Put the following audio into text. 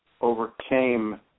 overcame